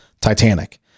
Titanic